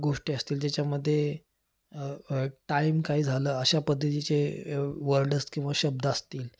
गोष्टी असतील ज्याच्यामध्ये टाईम काय झालं अशा पद्धतीचे वर्डस किंवा शब्द असतील